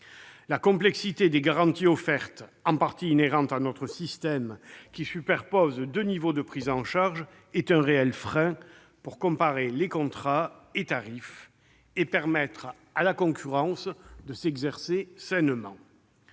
La complexité des garanties offertes, en partie inhérente à notre système, qui superpose deux niveaux de prise en charge, est un réel frein pour comparer les contrats et tarifs et permettre à la concurrence de s'exercer sainement.